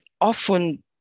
often